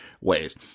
ways